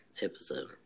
Episode